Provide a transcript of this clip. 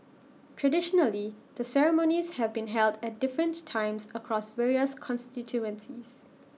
traditionally the ceremonies have been held at different times across various constituencies